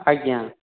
ଆଜ୍ଞା